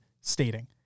stating